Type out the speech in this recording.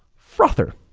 frother.